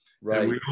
Right